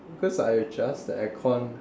because I adjust the aircon